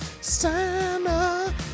Santa